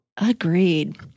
agreed